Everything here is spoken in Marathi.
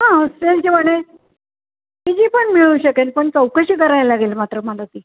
हां होस्टेलचे म्हणे स्विगी पण मिळू शकेल पण चौकशी करायला लागेल मात्र मला ती